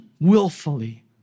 willfully